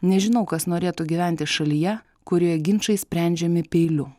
nežinau kas norėtų gyventi šalyje kurioje ginčai sprendžiami peiliu